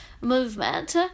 movement